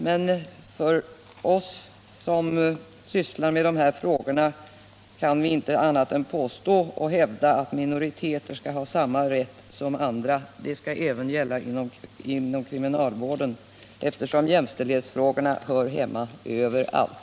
Men vi som sysslar med dessa frågor kan inte annat än hävda att minoriteter skall ha samma rätt som andra. Det skall gälla även inom kriminalvården, för jämställdhetsprincipen hör hemma överallt.